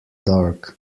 dark